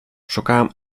szukałem